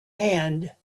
hand